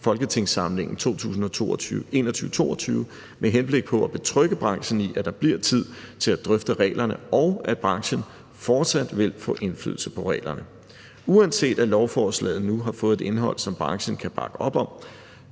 folketingssamlingen 2021-22 med henblik på at betrygge branchen i, at der bliver tid til at drøfte reglerne, og at branchen fortsat vil få indflydelse på reglerne. Kl. 15:54 Uanset at lovforslaget nu har fået et indhold, som branchen kan bakke op om,